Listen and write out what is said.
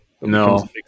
No